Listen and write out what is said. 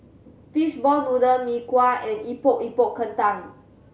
fishball noodle Mee Kuah and Epok Epok Kentang